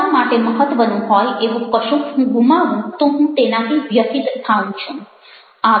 મારા માટે મહત્વનું હોય એવું કશુંક હું ગુમાવું તો હું તેનાથી વ્યથિત થાઉં છું